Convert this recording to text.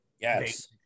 Yes